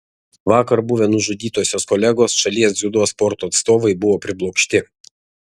vakar buvę nužudytosios kolegos šalies dziudo sporto atstovai buvo priblokšti